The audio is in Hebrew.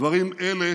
דברים אלה